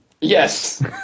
yes